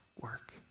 work